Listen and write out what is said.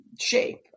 shape